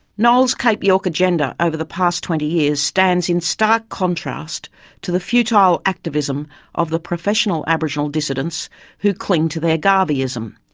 cape york agenda over the past twenty years stands in stark contrast to the futile activism of the professional aboriginal dissidents who cling to their garveyism.